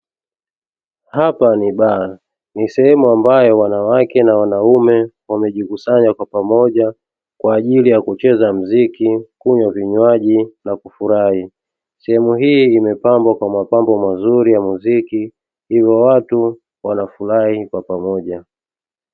Hapa ni baa, ni sehemu ambapo wanawake na wanaume wamejikusanya kwa pamoja kwaajili ya kucheza muziki, kunywa vinywaji na kufurahi. Sehemu hii imepambwa kwa mapambo mazuri ya muziki hivyo watu wanafurahi kwa pamoja.